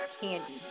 candy